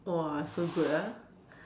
!whoa! so good ah